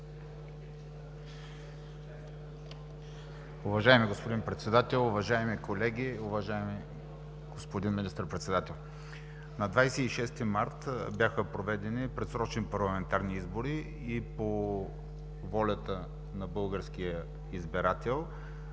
Уважаеми господин Председател, уважаеми колеги, уважаеми господин Министър-председател! На 26 март бяха проведени предсрочни парламентарни избори и по волята на българския избирател